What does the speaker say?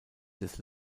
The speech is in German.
des